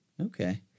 Okay